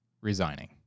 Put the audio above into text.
resigning